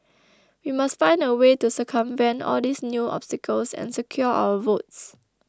we must find a way to circumvent all these new obstacles and secure our votes